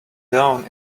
down